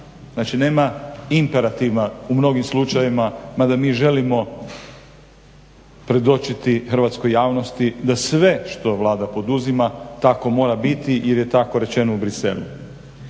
znači nema imperativa u mnogim slučajevima, mada mi želimo predočiti hrvatskoj javnosti da sve što Vlada poduzima tako mora biti jer je tako rečeno u Bruxellesu.